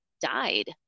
died